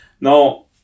Now